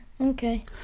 okay